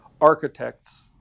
architects